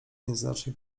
nieznacznie